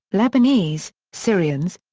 lebanese, syrians,